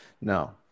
no